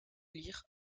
lire